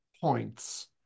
points